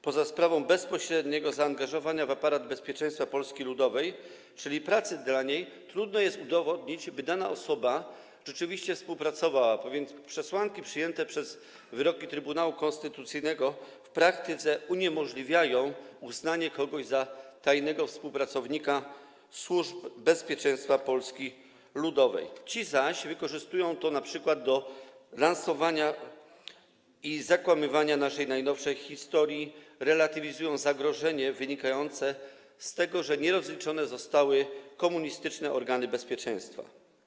Poza sprawą bezpośredniego zaangażowania w aparat bezpieczeństwa Polski Ludowej, czyli pracy dla niej, trudno jest udowodnić, by dana osoba rzeczywiście współpracowała, bowiem przesłanki przyjęte przez wyroki Trybunału Konstytucyjnego w praktyce uniemożliwiają uznanie kogoś za tajnego współpracownika służb bezpieczeństwa Polski Ludowej, te osoby zaś wykorzystują to np. do lansowania nieprawdziwych narracji i zakłamywania naszej najnowszej historii, relatywizują zagrożenie wynikające z tego, że nie zostały rozliczone komunistyczne organy bezpieczeństwa.